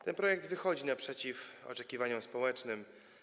Ten projekt wychodzi naprzeciw oczekiwaniom społecznym.